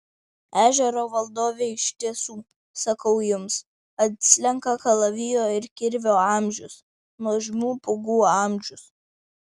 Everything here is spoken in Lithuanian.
ežero valdovė iš tiesų sakau jums atslenka kalavijo ir kirvio amžius nuožmių pūgų amžius